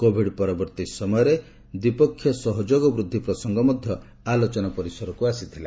covid ପରବର୍ତ୍ତୀ ସମୟରେ ଦ୍ୱିପକ୍ଷ ସହଯୋଗ ବୃଦ୍ଧି ପ୍ରସଙ୍ଗ ମଧ୍ୟ ଆଲୋଚନାର ପରିସରକୁ ଆସିଥିଲା